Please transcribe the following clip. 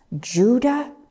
Judah